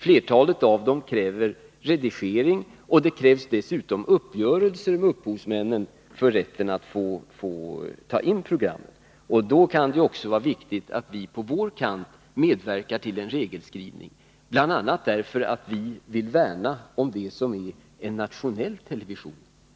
Flertalet av dem kräver redigering, och det fordras dessutom uppgörelser med upphovsmännen avseende rätten att ta in programmen. Det kan därför vara viktigt att också vi, på vår kant, medverkar till en regelskrivning, bl.a. därför att vi vill värna om det som är en nationell television.